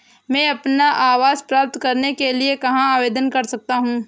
मैं अपना आवास प्राप्त करने के लिए कहाँ आवेदन कर सकता हूँ?